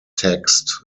taxed